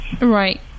Right